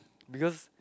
because